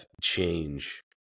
change